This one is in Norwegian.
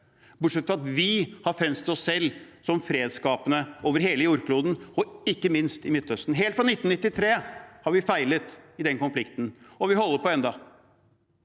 bortsett fra at vi har fremstilt oss selv som fredsskapende over hele jordkloden, og ikke minst i Midtøsten? Helt siden 1993 har vi feilet i den konflikten, og vi holder på ennå.